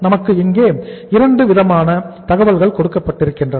நமக்கு இங்கே 2 விதமான தகவல்கள் கொடுக்கப்பட்டிருக்கின்றன